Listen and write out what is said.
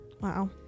Wow